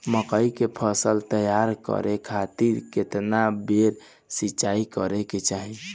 मकई के फसल तैयार करे खातीर केतना बेर सिचाई करे के चाही?